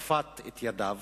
כפת את ידיו,